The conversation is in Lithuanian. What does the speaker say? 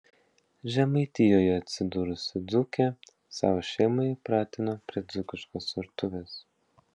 žemaitijoje atsidūrusi dzūkė savo šeimą įpratino prie dzūkiškos virtuvės